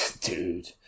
Dude